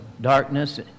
darkness